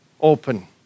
open